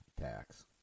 tax